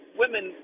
women